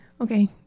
Okay